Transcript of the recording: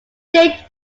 date